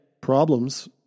problems